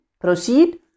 proceed